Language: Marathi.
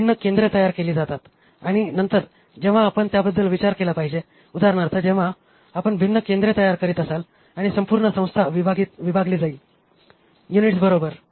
भिन्न केंद्रे तयार केली जातात आणि नंतर जेव्हा आपण त्याबद्दल विचार केला पाहिजे उदाहरणार्थ जेव्हा आपण भिन्न केंद्रे तयार करीत असाल आणि संपूर्ण संस्था विभागली जाईल युनिट्स बरोबर